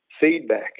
feedback